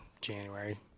january